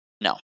no